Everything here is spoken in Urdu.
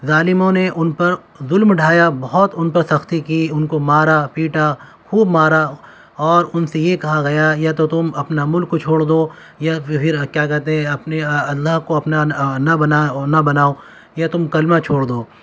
ظالموں نے ان پر ظلم ڈھایا بہت ان پر سختی کی ان کو مارا پیٹا خوب مارا اور ان سے یہ کہا گیا یا تو تم اپنا ملک چھوڑ دو یا پھر کیا کہتے ہیں اپنے اللہ کو اپنا نہ بنا نہ بناؤ یا تم کلمہ چھوڑ دو